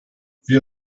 wir